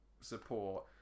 support